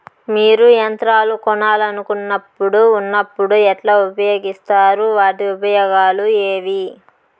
మీరు యంత్రాన్ని కొనాలన్నప్పుడు ఉన్నప్పుడు ఎట్లా ఉపయోగిస్తారు వాటి ఉపయోగాలు ఏవి?